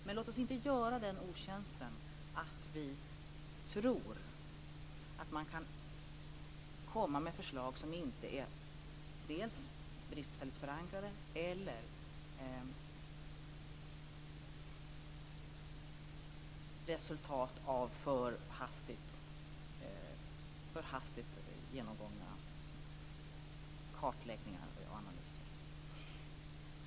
Men låt oss inte göra oss den otjänsten att vi tror att man kan komma med förslag som är bristfälligt förankrade eller resultat av för hastigt genomgångna kartläggningar och analyser.